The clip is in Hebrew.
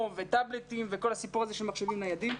וטאבלטים וכל הסיפור הזה של מחשבים ניידים.